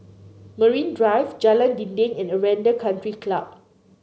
Marine Drive Jalan Dinding and Aranda Country Club